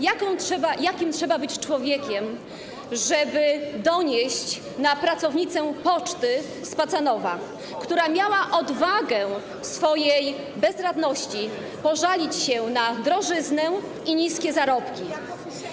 Jakim trzeba być człowiekiem, żeby donieść na pracownicę poczty z Pacanowa, która miała odwagę w swojej bezradności pożalić się na drożyznę i niskie zarobki?